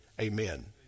Amen